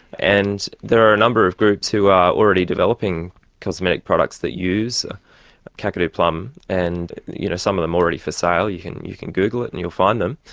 and there are a number of groups who are already developing cosmetic products that use kakadu plum, and you know some of them are already for sale. you can you can google it and you'll find them.